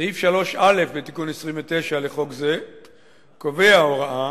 סעיף 3(א) לתיקון 29 לחוק זה קובע הוראה